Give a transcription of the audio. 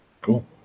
Cool